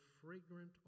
fragrant